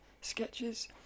sketches